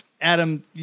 Adam